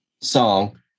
song